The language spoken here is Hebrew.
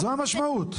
זו המשמעות.